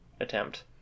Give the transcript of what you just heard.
attempt